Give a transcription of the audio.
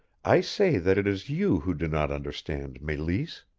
i say that it is you who do not understand, meleese!